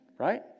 Right